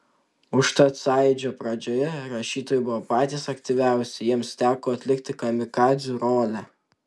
užtat sąjūdžio pradžioje rašytojai buvo patys aktyviausi jiems teko atlikti kamikadzių rolę